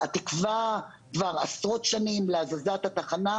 והתקווה כבר עשרות שנים להזזת התחנה,